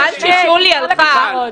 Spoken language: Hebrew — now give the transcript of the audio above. חבל ששולי הלכה,